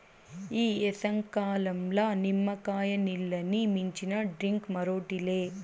ఈ ఏసంకాలంల నిమ్మకాయ నీల్లని మించిన డ్రింక్ మరోటి లే